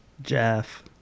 Jeff